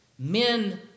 Men